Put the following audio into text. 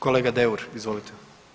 Kolega Deur izvolite.